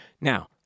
Now